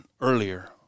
earlier